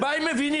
מה הם מבינים?